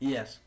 Yes